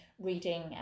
reading